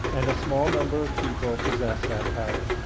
and a small number of people possess that power.